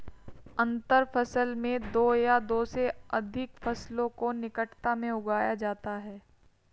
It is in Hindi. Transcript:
अंतर फसल में दो या दो से अघिक फसलों को निकटता में उगाया जाता है